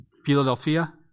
Philadelphia